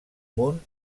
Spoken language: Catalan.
munt